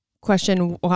Question